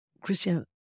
Christian